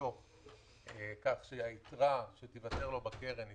שמפקידים כעצמאים לקרנות